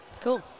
Cool